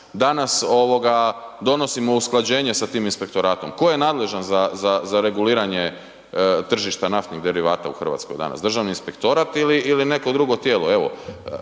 danas donosimo usklađenje sa tim inspektoratom, tko je nadležan za reguliranje tržišta naftnih derivata u Hrvatskoj, Državni inspektorat ili neko drugo tijelo?